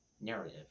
narrative